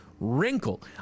Wrinkle